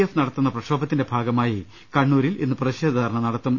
F നടത്തുന്ന പ്രക്ഷോഭത്തിന്റെ ഭാഗമായി കണ്ണൂരിൽ ഇന്ന് പ്രതിഷേധ ധർണ്ണ നടത്തും